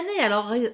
Alors